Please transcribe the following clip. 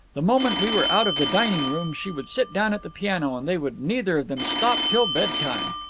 the moment we were out of the dining-room she would sit down at the piano, and they would neither of them stop till bedtime.